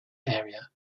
area